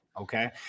okay